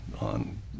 on